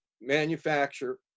manufacture